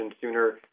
sooner